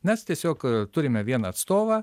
nes tiesiog turime vieną atstovą